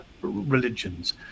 religions